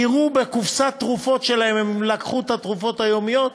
יראו בקופסת התרופות אם הם לקחו את התרופות היומיות.